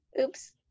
Oops